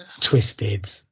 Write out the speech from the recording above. twisted